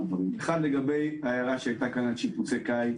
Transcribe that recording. לגבי ההערה שהייתה כאן על שיפוצי קיץ